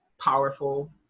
powerful